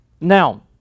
Now